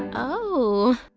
oh,